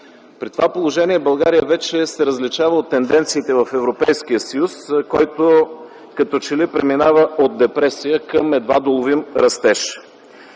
При това положение България вече се различава от тенденциите в Европейския съюз, който като че ли преминава от депресия към едва доловим растеж.